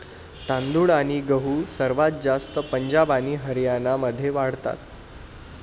तांदूळ आणि गहू सर्वात जास्त पंजाब आणि हरियाणामध्ये वाढतात